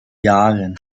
jahren